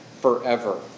forever